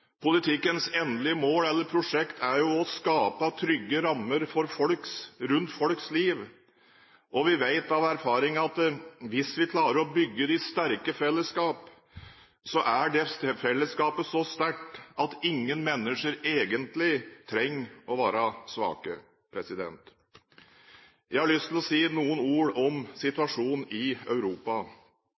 Politikkens endelige mål eller prosjekt er jo å skape trygge rammer rundt folks liv. Og vi vet av erfaring at hvis vi klarer å bygge de sterke fellesskap, så er det fellesskapet så sterkt at ingen mennesker egentlig trenger å være svake. Jeg har lyst til å si noen ord om situasjonen i Europa.